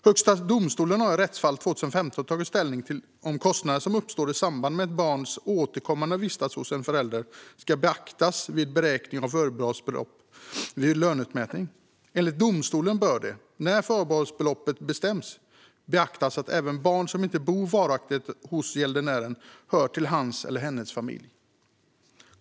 Högsta domstolen har i rättsfall 2015 tagit ställning till om kostnader som uppstår i samband med att ett barn återkommande vistas hos en förälder ska beaktas vid beräkning av förbehållsbelopp vid löneutmätning. Enligt domstolen bör det när förbehållsbeloppet bestäms beaktas att även barn som inte bor varaktigt hos gäldenären hör till hans eller hennes familj.